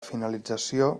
finalització